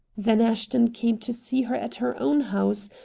then ashton came to see her at her own house,